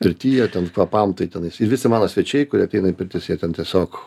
pirtyje ten kvapam tai tenai ir visi mano svečiai kurie ateina į pirtis jie ten tiesiog